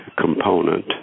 component